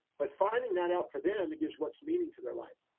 but finding that out for them, it gives what's meaning to their life.